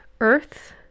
earth